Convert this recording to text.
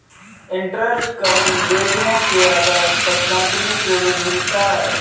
interest coverage ratio के आधार पर कंपनी को ऋण मिलता है